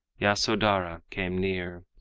yasodhara, came near,